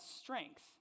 strength